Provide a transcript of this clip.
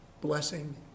blessing